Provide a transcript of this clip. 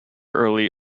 early